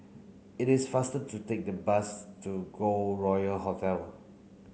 it is faster to take a bus to Golden Royal Hotel